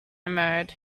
mode